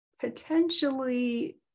potentially